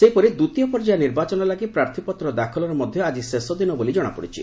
ସେହିପରି ଦ୍ୱିତୀୟ ପର୍ଯ୍ୟାୟ ନିର୍ବାଚନ ଲାଗି ପ୍ରାର୍ଥିପତ୍ର ଦାଖଲର ମଧ୍ୟ ଆଜି ଶେଷ ଦିନ ବୋଲି ଜଣାପଡ଼ିଛି